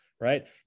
right